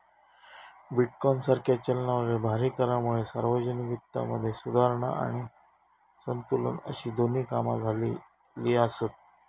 bitcoin सारख्या चलनावरील भारी करांमुळे सार्वजनिक वित्तामध्ये सुधारणा आणि संतुलन अशी दोन्ही कामा झालेली आसत